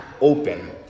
open